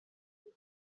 خیلی